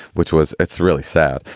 which was it's really sad.